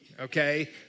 Okay